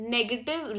Negative